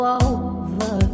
over